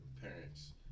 parents